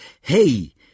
Hey